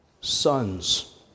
sons